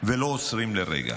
ולא עוצרים לרגע.